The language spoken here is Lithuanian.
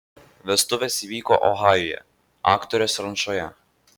vestuvės įvyko ohajuje aktorės rančoje